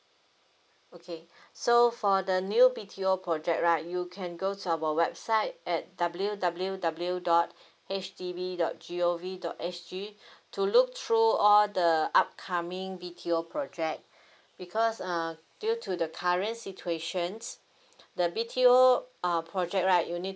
okay so for the new B_T_O project right you can go to our website at W W W dot H D B dot G O V dot S G to look through all the upcoming B_T_O project because uh due to the current situations the B_T_O uh project right you need